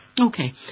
Okay